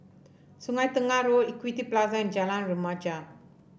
Sungei Tengah Road Equity Plaza and Jalan Remaja